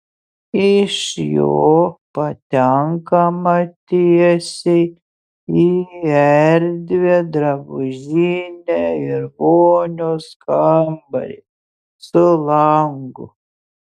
iš jo patenkama tiesiai į erdvią drabužinę ir vonios kambarį su langu